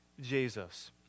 Jesus